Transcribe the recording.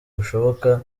bushoboka